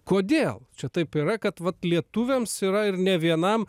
kodėl čia taip yra kad vat lietuviams yra ir ne vienam